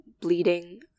bleeding